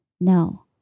No